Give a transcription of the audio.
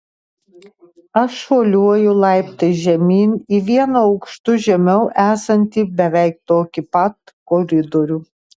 aš šuoliuoju laiptais žemyn į vienu aukštu žemiau esantį beveik tokį pat koridorių